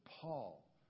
Paul